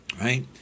Right